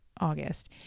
august